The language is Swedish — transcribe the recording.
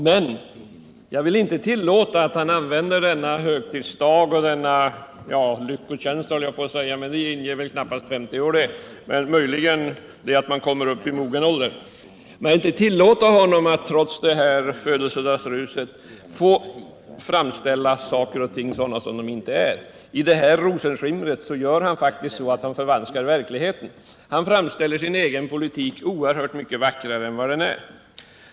Men jag vill inte tillåta att han använder födelsedagsruset — jag höll på att säga lyckokänslan, men 50-årsdagen inger väl knappast en sådan, det är bara det att man kommer upp i mogen ålder — till att framställa saker och ting på felaktigt sätt. I det här rosenskimret förvanskar faktiskt industriministern verkligheten. Han framställer sin egen politik som oerhört mycket vackrare än den är.